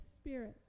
Spirit